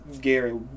Gary